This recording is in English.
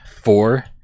four